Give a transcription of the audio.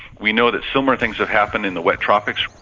we know that similar things have happened in the wet tropics.